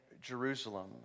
Jerusalem